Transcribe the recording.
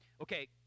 okay